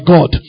God